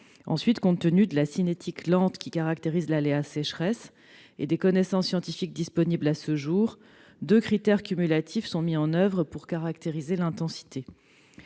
Ensuite, compte tenu de la cinétique lente qui caractérise l'aléa sécheresse et des connaissances scientifiques disponibles à ce jour, deux critères cumulatifs sont mis en oeuvre pour caractériser son intensité